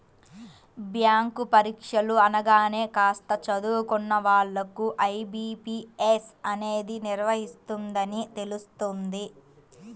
bank పరీక్షలు అనగానే కాస్త చదువుకున్న వాళ్ళకు ఐ.బీ.పీ.ఎస్ అనేది నిర్వహిస్తుందని తెలుస్తుంది